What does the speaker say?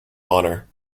honor